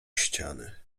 ściany